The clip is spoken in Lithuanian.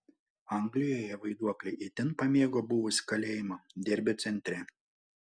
anglijoje vaiduokliai itin pamėgo buvusį kalėjimą derbio centre